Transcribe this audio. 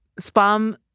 spam